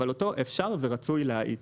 אבל אותו אפשר ורצוי להאיץ.